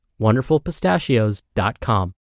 WonderfulPistachios.com